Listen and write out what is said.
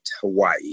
Hawaii